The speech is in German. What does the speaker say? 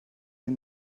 den